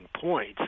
points